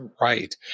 right